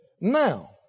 Now